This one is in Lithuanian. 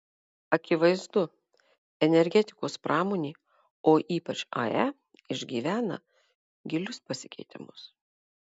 akivaizdu energetikos pramonė o ypač ae išgyvena gilius pasikeitimus